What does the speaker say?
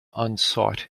unsought